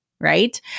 right